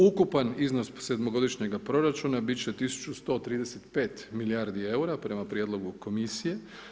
Ukupan iznos sedmogodišnjeg proračuna biti će 1135 milijardi EUR-a, prema prijedlogu Komisije.